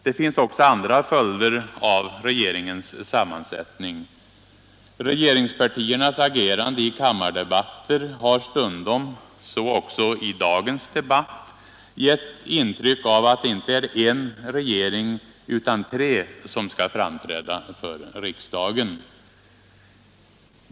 Det har också blivit andra följder av regeringens sammansättning. Regeringspartiernas agerande i kammardebatter har stundom =— så också i dagens debatt — gett intryck av att det inte är en regering utan tre som skall framträda för riksdagen.